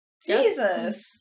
Jesus